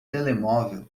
telemóvel